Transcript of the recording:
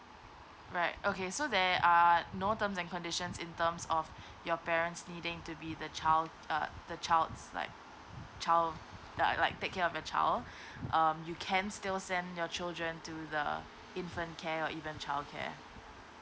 right okay so there are no terms and conditions in terms of your parents needing to be the child uh the child's like child like like take care of your child um you can still send your children to the infant care or even childcare